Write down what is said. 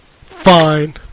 Fine